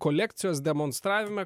kolekcijos demonstravime